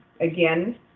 again